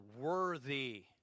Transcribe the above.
worthy